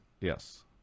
Yes